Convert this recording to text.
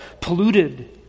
polluted